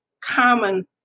common